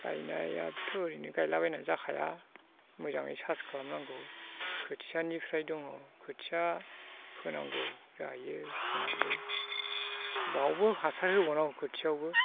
गायनायाबोथ' ओरैनो गायलाबायनाया जाखाया मोजाङै सास खालामनांगौ खोथियानिफ्राय दङ खोथिया फोनांगौ जाहैयो फोनानै बेयावबो हासार होबावनांगौ खोथियायावबो